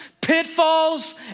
pitfalls